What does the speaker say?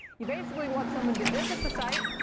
you basically want someone to visit the site,